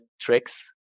tricks